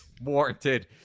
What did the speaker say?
warranted